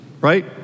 right